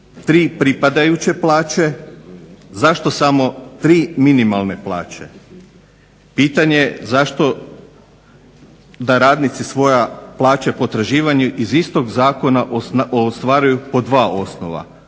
pripadajuće plaće, zašto samo tri minimalne plaće? Pitanje zašto da radnici svoja plaće i potraživanja iz istog zakona ostvaruju po dva osnova?